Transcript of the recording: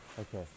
okay